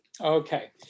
Okay